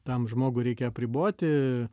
tam žmogui reikia apriboti